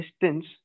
distance